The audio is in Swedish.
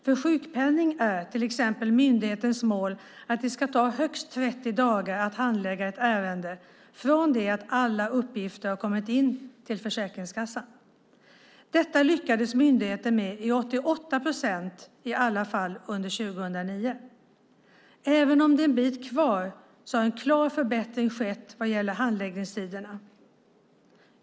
För sjukpenning är till exempel myndighetens mål att det ska ta högst 30 dagar att handlägga ett ärende från det att alla uppgifter har kommit in till Försäkringskassan. Detta lyckades myndigheten med i 88 procent av alla fall under 2009. Även om det är en bit kvar har en klar förbättring skett vad gäller handläggningstiderna.